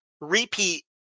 repeat